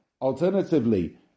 alternatively